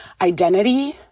identity